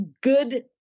good